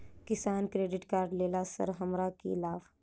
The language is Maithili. किसान क्रेडिट कार्ड लेला सऽ हमरा की लाभ?